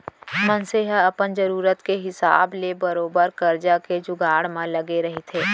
मनसे ह अपन जरुरत के हिसाब ले बरोबर करजा के जुगाड़ म लगे रहिथे